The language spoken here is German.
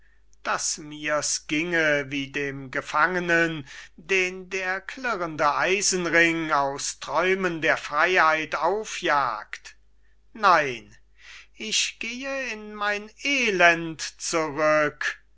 daß mir's gienge wie dem gefangenen den der klirrende eisenring aus träumen der freyheit aufjagt nein ich gehe in mein elend zurück